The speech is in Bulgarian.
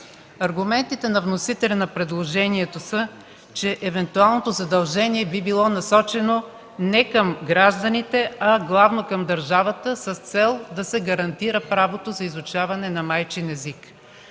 Аргументите на вносителя на предложението са, че евентуалното задължение би било насочено не към гражданите, а главно към държавата с цел да се гарантира правото за изучаване на майчин език.